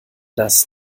das